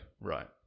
right